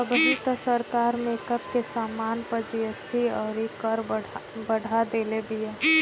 अबही तअ सरकार मेकअप के समाने पअ जी.एस.टी अउरी कर बढ़ा देले बिया